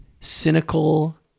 cynical